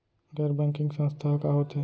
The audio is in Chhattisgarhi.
गैर बैंकिंग संस्था ह का होथे?